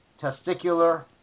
testicular